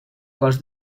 cos